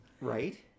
Right